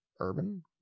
urban